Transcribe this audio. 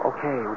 Okay